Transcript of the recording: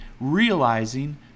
realizing